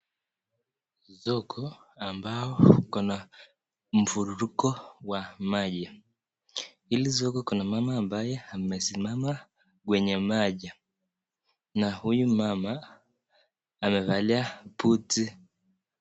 Soko ambayo iko na mvuruko wa maji. Hili soko kuna mama amesimama kwenye maji na huyu mama amevalia buti.